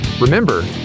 Remember